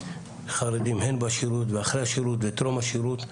חרדים הן בשירות ואחרי השירות וטרום השירות,